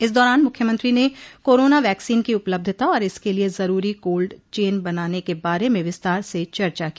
इस दौरान मुख्यमंत्री ने कोरोना वैक्सीन की उपलब्धता और इसके लिये जरूरी कोल्ड चेन बनाने के बारे में विस्तार से चर्चा की